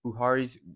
Buhari's